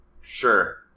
sure